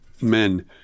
men